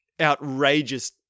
outrageous